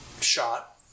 shot